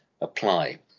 apply